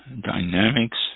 dynamics